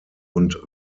und